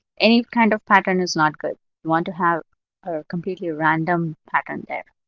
any kind of pattern is not good. you want to have a completely random pattern there.